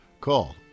Call